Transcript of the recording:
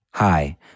Hi